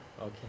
okay